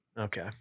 Okay